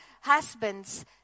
Husbands